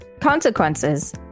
Consequences